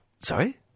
Sorry